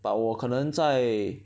but 我可能在